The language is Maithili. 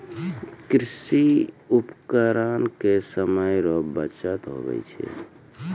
कृषि उपकरण से समय रो बचत हुवै छै